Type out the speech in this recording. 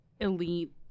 elite